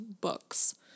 books